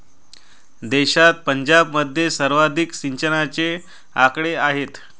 देशात पंजाबमध्ये सर्वाधिक सिंचनाचे आकडे आहेत